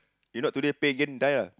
you not today play game die ah